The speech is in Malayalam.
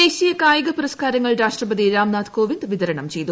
ദേശീയ കായിക പുരസ്കാര്യങ്ങൾ രാഷ്ട്രപതി രാംനാഥ് കോവിന്ദ് വിതരണം ചെയ്തു